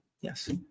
Yes